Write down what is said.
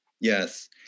Yes